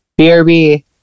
BRB